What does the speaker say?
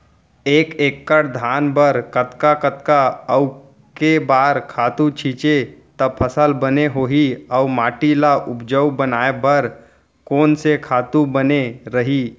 एक एक्कड़ धान बर कतका कतका अऊ के बार खातू छिंचे त फसल बने होही अऊ माटी ल उपजाऊ बनाए बर कोन से खातू बने रही?